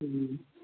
മ്മ്